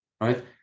Right